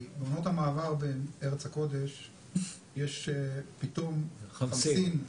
בעונות המעבר בארץ הקודש יש פתאום חמסין.